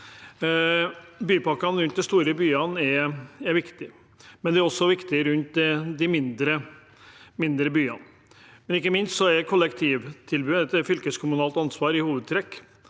Bypakker rundt de store byene er viktig, men det er også viktig rundt de mindre byene. Ikke minst er kollektivtilbudet et fylkeskommunalt ansvar i hovedtrekk,